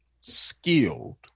skilled